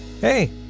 hey